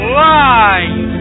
live